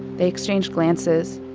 they exchange glances,